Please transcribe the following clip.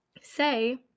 say